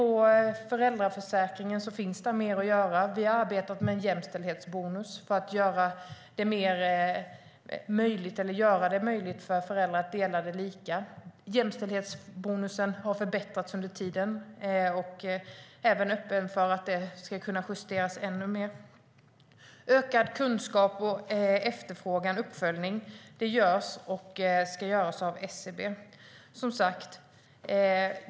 Inom föräldraförsäkringen finns mer att göra. Vi har arbetat med en jämställdhetsbonus för att göra det möjligt för föräldrar att dela den lika. Jämställdhetsbonusen har förbättrats med tiden, och vi är öppna för att den ska justeras ännu mer. Det finns en ökad kunskap och efterfrågan. Uppföljning görs och ska göras av SCB.